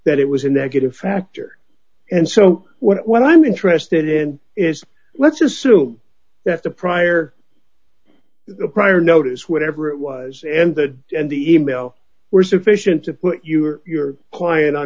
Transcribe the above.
that it was a negative factor and so what i'm interested in is let's assume that the prior prior notice whatever it was and the and the e mail were sufficient to put your client